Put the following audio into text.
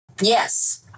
Yes